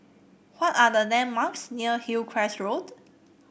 what are the landmarks near Hillcrest Road